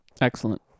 Excellent